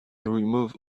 remove